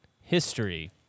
history